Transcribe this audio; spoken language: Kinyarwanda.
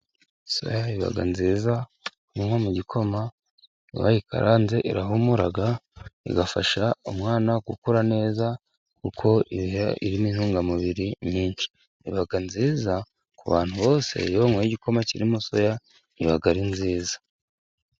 Soya iba nziza kuyinywa mu gikoma bayikaranze, irahumura, igafasha umwana gukura neza kuko irimo intungamubiri nyinshi, iba nziza ku bantu bose iyo banyoye igikoma kirimo soya iba ari nziza.